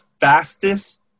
fastest